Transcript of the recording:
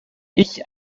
ich